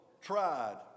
tried